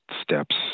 steps